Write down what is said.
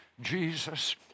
Jesus